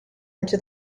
into